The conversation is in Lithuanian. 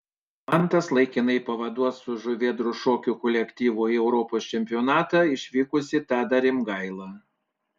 mantas laikinai pavaduos su žuvėdros šokių kolektyvu į europos čempionatą išvykusi tadą rimgailą